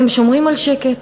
הם שומרים על שקט.